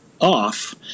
off